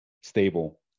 stable